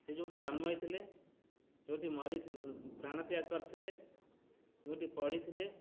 ସେ ଯେଉଁଠି ଜନ୍ମ ହେଥିଲେ ଯେଉଁଠି ମରି ପ୍ରାଣତ୍ୟାଗ କରିଥିଲେ ଯେଉଁଠି ପଢ଼ିଥିଲେ